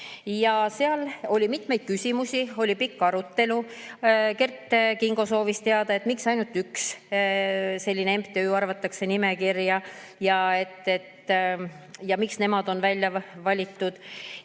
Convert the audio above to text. Seal oli mitmeid küsimusi, oli pikk arutelu. Kert Kingo soovis teada, miks ainult üks selline MTÜ arvatakse nimekirja ja miks just nemad on välja valitud.